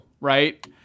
right